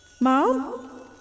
Mom